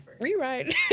Rewrite